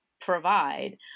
provide